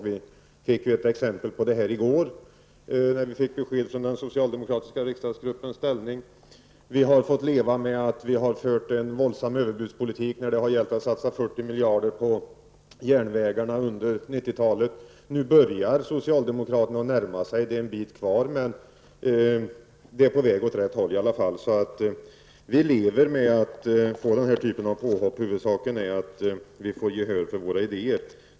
Vi fick ju ett exempel på det i går, när beskedet lämnades om den socialdemokratiska riksdagsgruppens ställningstagande i en annan fråga. Vi har fått leva med påståendet att vi har fört en våldsam överbudspolitik, när vi har föreslagit att det skall satsas 40 miljarder på järnvägarna under 90-talet. Nu börjar socialdemokraterna närma sig. Det är en bit kvar, men de är på väg åt rätt håll i alla fall. Så vi lever med att utsättas för sådana här påhopp. Huvudsaken är att vi får gehör för våra idéer.